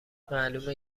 معلومه